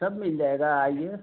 सब मिल जाएगा आइए